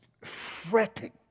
fretting